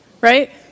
Right